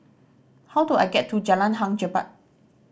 how do I get to Jalan Hang Jebat